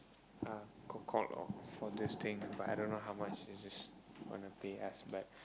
ah got called loh for this thing but I don't know how much is this gonna pay us but